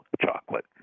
chocolate